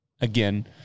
again